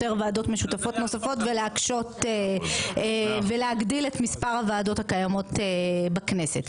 ועדות משותפות ולהגדיל את מספר הוועדות הקיימות בכנסת.